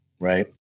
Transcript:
right